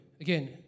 Again